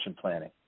planning